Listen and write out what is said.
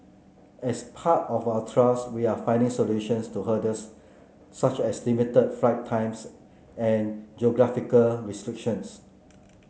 as part of our trials we are finding solutions to hurdles such as limited flight times and geographical restrictions